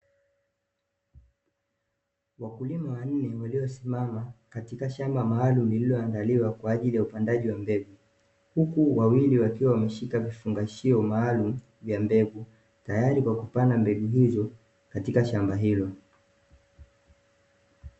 Wakulima wanne, waliosimama katika shamba maalumu lililoandaliwa kwaajili ya upandaji wa mbegu, huku wawili wakiwa wameshika vifungashio maalumu vya mbegu, tayari kwa kupanda mbegu hizo katika shamba hilo.